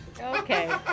Okay